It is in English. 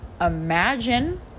imagine